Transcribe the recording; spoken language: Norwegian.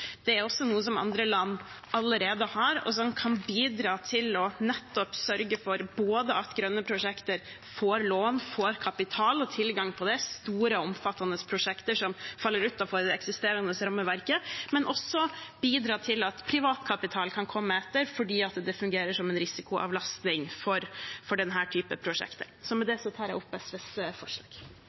Det er også noe som andre land allerede har, og som kan bidra til og nettopp sørge for at grønne prosjekter får lån, kapital og tilgang på store, omfattende prosjekter som faller utenfor det eksisterende rammeverket, men også bidra til at privat kapital kan komme inn, fordi det fungerer som en risikoavlastning for den typen prosjekter. Så med dette tar jeg opp